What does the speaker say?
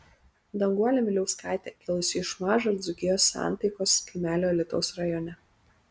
danguolė miliauskaitė kilusi iš mažo dzūkijos santaikos kaimelio alytaus rajone